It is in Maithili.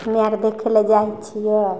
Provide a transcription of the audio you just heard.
हमरा आओर देखैलए जाइ छिए